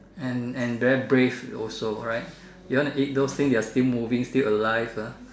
and and very brave also alright you want to eat those things that are still moving still alive ah